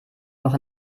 noch